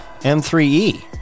M3E